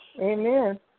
Amen